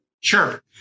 Sure